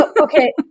Okay